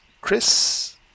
Chris